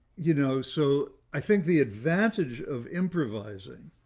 you know, so i think the advantage of improvising